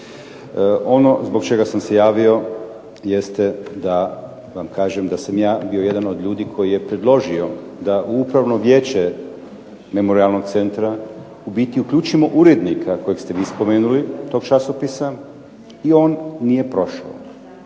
Ono zbog čega sam se javio jeste da vam kažem da sam ja bio jedan od ljudi koji je predložio da u Upravno vijeće Memorijalnog centra u biti uključimo urednika kojeg ste vi spomenuli tog časopisa i on nije prošao.